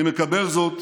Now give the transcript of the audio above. אני מקבל זאת